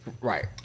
Right